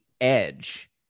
edge